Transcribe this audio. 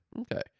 okay